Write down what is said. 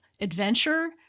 adventure